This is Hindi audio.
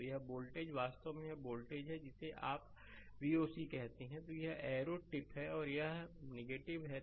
तो यह वोल्टेज वास्तव में यह वोल्टेज है जिसे आप Voc कहते हैं यह एरो टिप है और यह है